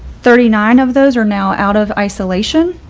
thirty nine of those are now out of isolation.